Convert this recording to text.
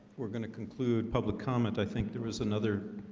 we're gonna conclude public comment. i think there was another